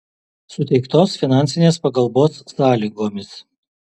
suteiktos finansinės pagalbos sąlygomis